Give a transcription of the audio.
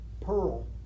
pearl